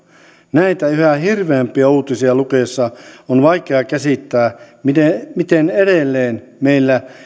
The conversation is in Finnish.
näitä yhä hirveämpiä uutisia lukiessa on vaikea käsittää miten miten edelleen meillä